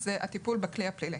הוא טיפול בכלי הפלילי.